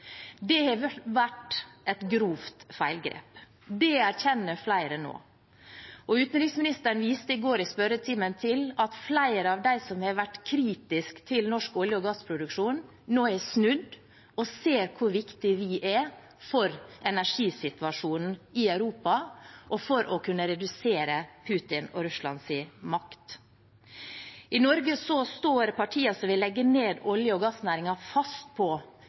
Det har vært et grovt feilgrep, det erkjenner flere nå. Og utenriksministeren viste i går i spørretimen til at flere av dem som har vært kritiske til norsk olje- og gassproduksjon, nå har snudd og ser hvor viktige vi er for energisituasjonen i Europa og for å kunne redusere Putin og Russlands makt. I Norge står partiene som vil legge ned olje- og gassnæringen, fast på